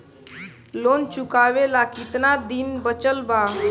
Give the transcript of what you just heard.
Loan चुकावे ला कितना दिन बचल बा?